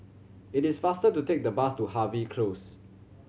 it is faster to take the bus to Harvey Close